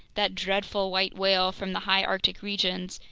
that dreadful white whale from the high arctic regions,